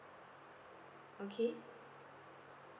okay